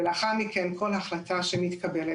ולאחר מכן כל החלטה שמתקבלת,